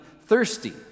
thirsty